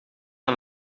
aan